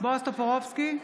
בועז טופורובסקי,